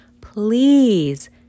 please